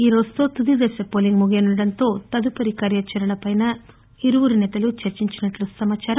ఈ రోజుతో తుదిదశ పోలింగ్ ముగియనుండటంతో తదుపరి కార్యాచరణపై ఇరువురు నేతలు చర్చించినట్లు సమచారం